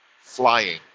flying